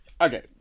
Okay